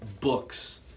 books